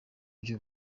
byo